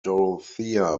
dorothea